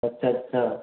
ਅੱਛਾ ਅੱਛਾ